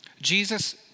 Jesus